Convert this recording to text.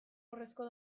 urrezko